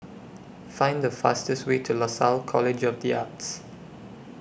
Find The fastest Way to Lasalle College of The Arts